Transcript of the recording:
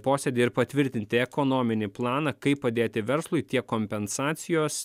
posėdį ir patvirtinti ekonominį planą kaip padėti verslui tiek kompensacijos